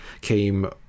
came